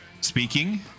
speaking